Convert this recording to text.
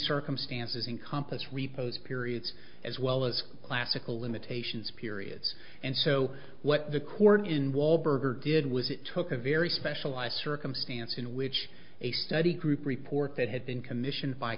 circumstances in compas reposed periods as well as classical limitations periods and so what the court in walberg or did was it took a very specialized circumstance in which a study group report that had been commissioned by